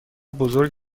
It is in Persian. بزرگ